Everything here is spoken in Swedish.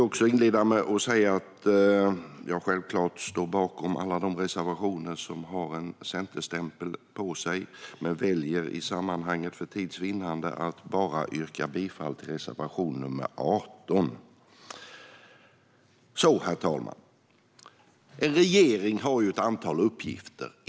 Jag står självklart bakom alla reservationer som har en centerstämpel på sig, men jag väljer för tids vinnande att yrka bifall bara till reservation 18. Herr talman! En regering har ett antal uppgifter.